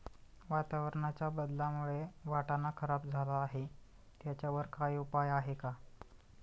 वातावरणाच्या बदलामुळे वाटाणा खराब झाला आहे त्याच्यावर काय उपाय आहे का?